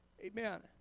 Amen